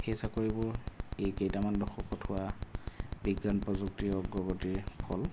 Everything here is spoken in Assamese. সেই চাকৰিবোৰ এই কেইটামান দশকত হোৱা বিজ্ঞান প্ৰযুক্তিৰ অগ্ৰগতিৰ ফল